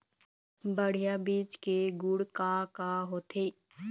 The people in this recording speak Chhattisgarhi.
बढ़िया बीज के गुण का का होथे?